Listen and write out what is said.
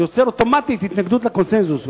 זה יוצר אוטומטית התנגדות לקונסנזוס,